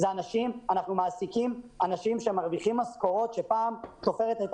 אנחנו מעסיקים אנשים שמרוויחים משכורות יפות.